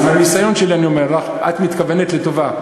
אז מהניסיון שלי אני אומר לך, את מתכוונת לטובה.